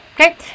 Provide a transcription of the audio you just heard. okay